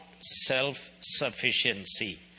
self-sufficiency